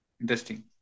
Interesting